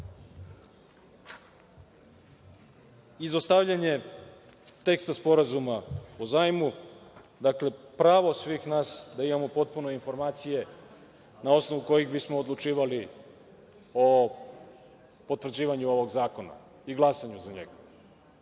izostavljanje teksta Sporazuma o zajmu, dakle pravo svih nas da imamo potpune informacije na osnovu kojih bismo odlučivali o potvrđivanju ovog zakona i glasanju za njega.